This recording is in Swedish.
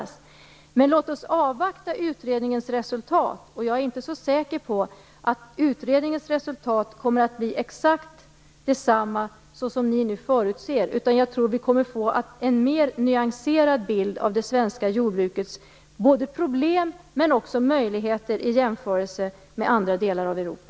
Men låt oss avvakta utredningens resultat. Jag är inte så säker på att utredningens resultat kommer att bli exakt det som mina meddebattörer nu förutser, utan jag tror att vi kommer att få en mer nyanserad bild av det svenska jordbrukets problem men också möjligheter i jämförelse med andra delar av Europa.